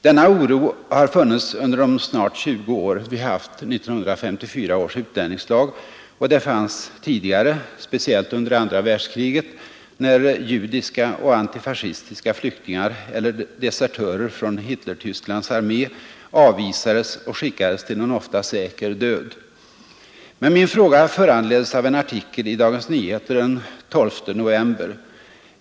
Denna oro har funnits under de snart 20 år vi haft 1954 års utlänningslag, och den fanns tidigare, speciellt under andra världskriget när judiska och antifascistiska flyktingar eller desertörer från Hitlertysklands armé avvisades och skickades till en ofta säker död. Men min fråga föranleddes av en artikel i Dagens Nyheter den 12 november.